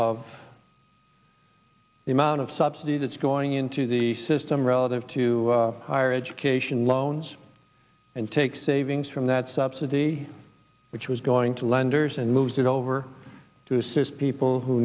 of the amount of subsidy that's going into the system relative to higher education loan owns and take savings from that subsidy which was going to lenders and moves it over to assist people who